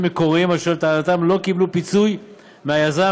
מקוריים אשר לטענתם לא קיבלו פיצוי מהיזם,